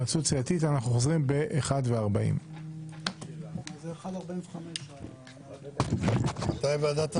התייעצות סיעתית חוזרים בשעה 13:40. תודה.